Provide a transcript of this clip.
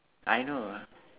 I know